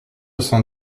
cent